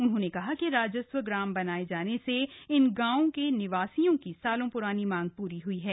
उन्होंने कहा कि राजस्व ग्राम बनाये जाने से इन गांवों के निवासियों की सालों प्रानी मांग पूरी हई है